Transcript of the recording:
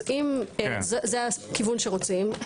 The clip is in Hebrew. אם זה הכיוון שרוצים,